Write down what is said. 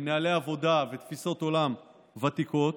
עם נוהלי עבודה ותפיסות עולם ותיקות,